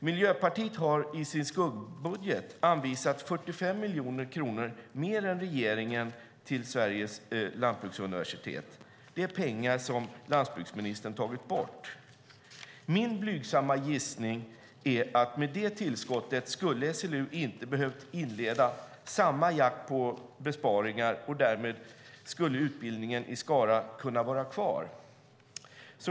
Miljöpartiet har i sin skuggbudget anvisat 45 miljoner kronor mer än regeringen till Sveriges lantbruksuniversitet. Det är pengar som landsbygdsministern har tagit bort. Min blygsamma gissning är att SLU med detta tillskott inte skulle ha behövt inleda samma jakt på besparingar, och därmed skulle utbildningen i Skara ha kunnat vara kvar.